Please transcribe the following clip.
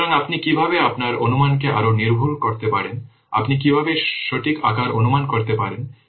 সুতরাং আপনি কীভাবে আপনার অনুমানকে আরও নির্ভুল করতে পারেন আপনি কীভাবে সঠিক আকারের অনুমান করতে পারেন